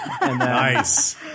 Nice